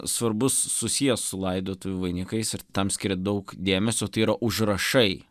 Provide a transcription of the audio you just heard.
svarbus susijęs su laidotuvių vainikais ir tam skiriat daug dėmesio tai yra užrašai